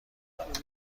دارند